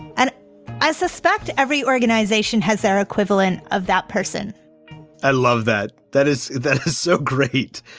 and i suspect every organization has their equivalent of that person i love that. that is that is so great.